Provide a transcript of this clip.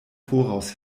voraus